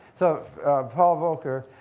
so paul volcker,